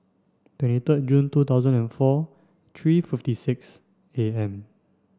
twenty third June two thousand and four three fifty six A M